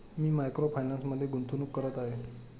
मी micro फायनान्समध्ये गुंतवणूक करत आहे